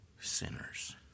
sinners